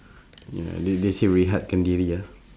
ya they they say will help ah